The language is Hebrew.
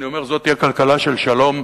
אני אומר שזו תהיה כלכלה של שלום,